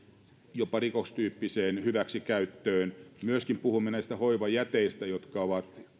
jopa rikostyyppiseen hyväksikäyttöön myöskin puhumme näistä hoivajäteistä jotka ovat